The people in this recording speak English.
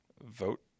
vote